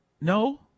No